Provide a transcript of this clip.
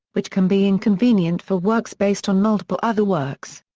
which can be inconvenient for works based on multiple other works.